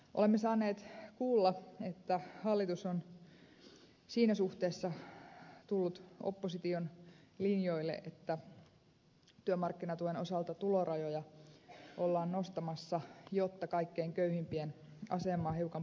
olemme saaneet kuulla että hallitus on siinä suhteessa tullut opposition linjoille että työmarkkinatuen osalta tulorajoja ollaan nostamassa jotta kaikkein köyhimpien asemaa hiukan parannettaisiin